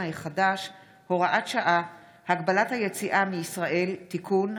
החדש (הוראת שעה) (הגבלת היציאה מישראל) (תיקון),